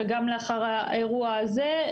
גם לאחר האירוע הזה,